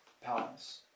palace